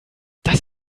das